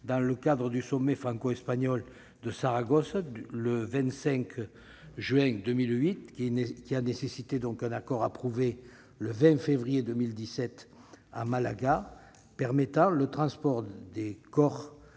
dans le cadre du sommet franco-espagnol de Saragosse du 25 juin 2008. Un accord approuvé le 20 février 2017 à Malaga permet le transport des corps